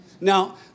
Now